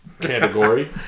category